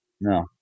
no